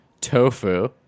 tofu